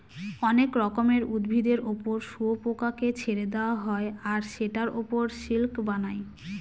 অনেক রকমের উদ্ভিদের ওপর শুয়োপোকাকে ছেড়ে দেওয়া হয় আর সেটার ওপর সিল্ক বানায়